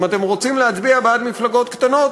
אם אתם רוצים להצביע בעד מפלגות קטנות,